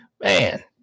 man